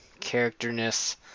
characterness